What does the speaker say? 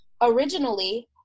originally